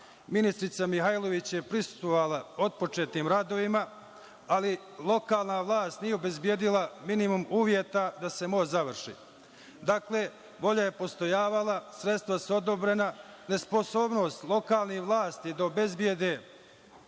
Ministrica Mihajlović je prisustvovala otpočetim radovima, ali lokalna vlast nije obezbedila minimum uvjeta da se most završi. Dakle, volja je postojala, sredstva su odobrena. Nesposobnost lokalnih vlasti da obezbede